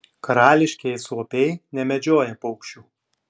karališkieji suopiai nemedžioja paukščių